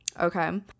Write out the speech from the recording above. okay